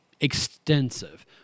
extensive